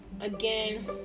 again